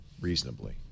reasonably